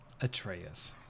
Atreus